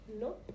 no